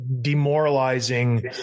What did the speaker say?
demoralizing